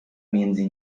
między